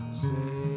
say